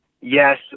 yes